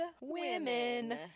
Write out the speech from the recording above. women